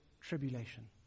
tribulation